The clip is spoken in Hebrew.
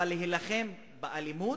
אבל להילחם באלימות,